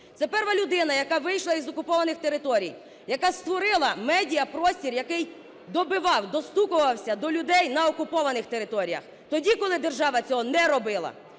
Це перша людина, яка вийшла із окупованих територій, яка створила медіапростір, який добивав, достукувався до людей на окупованих територіях тоді, коли держава цього не робила.